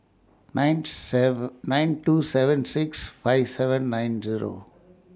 nine seven nine two seven six five seven nine Zero